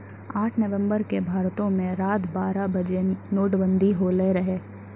आठ नवम्बर के भारतो मे रात बारह बजे नोटबंदी होलो रहै